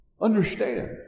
understand